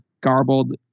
garbled